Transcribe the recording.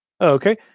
Okay